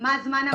מה הזמן הממוצע.